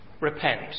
repent